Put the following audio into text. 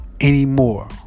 anymore